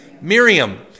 Miriam